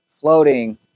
floating